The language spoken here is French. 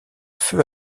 feu